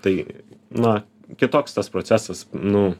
tai na kitoks tas procesas nu